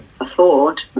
afford